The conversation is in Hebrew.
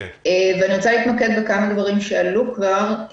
אני רוצה להתמקד בכמה דברים שעלו כבר.